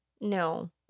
No